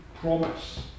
promise